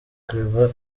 claver